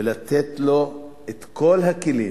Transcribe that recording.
ולתת לו את כל הכלים